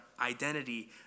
identity